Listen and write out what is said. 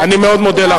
תודה רבה.